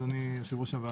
אדוני יושב-ראש הוועדה.